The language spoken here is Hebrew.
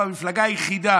המפלגה היחידה